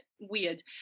weird